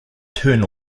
turn